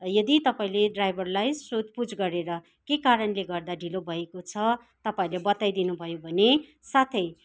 यदि तपाईले ड्राइभरलाई सोधपुछ गरेर के कारणले गर्दा ढिलो भएको छ तपाईँहरूले बताइदिनु भयो भने साथै